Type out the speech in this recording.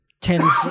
tens